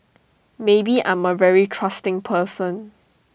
maybe I'm A very trusting person